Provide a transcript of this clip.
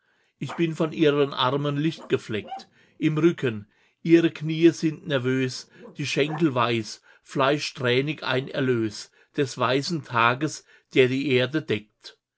ich bin von ihren armen lichtgefleckt im rücken ihre knie sind nervös die schenkel weiß fleischsträhnig ein erlös des weißen tages der die erde deckt